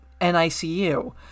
NICU